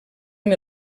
amb